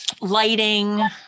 Lighting